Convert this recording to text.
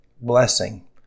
blessing